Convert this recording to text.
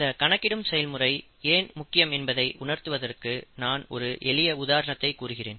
இந்த கணக்கிடும் செயல்முறை ஏன் முக்கியம் என்பதை உணர்த்துவதற்கு நான் ஒரு எளிய உதாரணத்தைக் கூறுகிறேன்